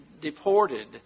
deported